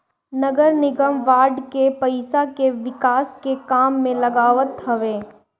नगरनिगम बांड के पईसा के विकास के काम में लगावत हवे